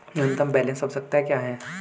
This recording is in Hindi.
न्यूनतम बैलेंस आवश्यकताएं क्या हैं?